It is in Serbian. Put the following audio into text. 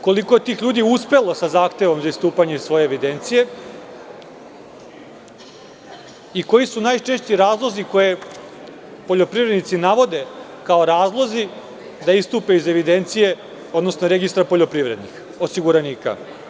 Koliko je tih ljudi uspelo sa zahtevom za istupanje iz svoje evidencije i koji su najčešći razlozi koje poljoprivrednici navode kao razloge da istupe iz evidencije, odnosno registra poljoprivrednih osiguranika?